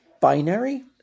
binary